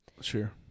Sure